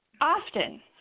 often